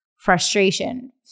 frustration